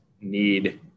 need